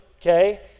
okay